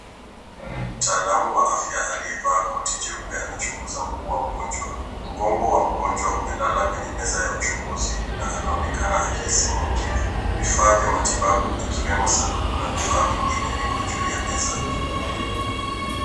Mtaalamu wa afya aliyevaa koti jeupe anachunguza mguu wa mgonjwa. Mgongo wa mgonjwa umelala kwenye meza ya uchunguzi na anaonekana akihisi maumivu. Vifaa vya matibabu ikiwemo sanduku na vifaa vingine viko juu ya meza.